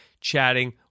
chatting